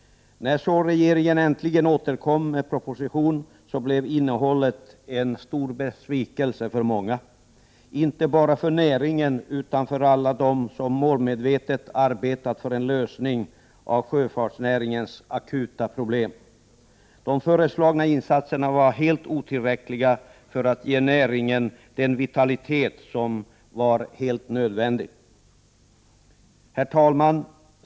När så regeringen äntligen kom med propositionen blev innehållet en stor besvikelse för många, inte bara för näringen utan för alla dem som målmedvetet arbetat för en lösning av sjöfartsnäringens akuta problem. De föreslagna insatserna var helt otillräckliga för att ge näringen den vitalitet som var absolut nödvändig. Herr talman!